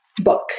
book